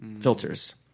filters